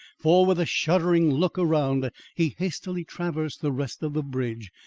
for, with a shuddering look around, he hastily traversed the rest of the bridge,